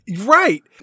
Right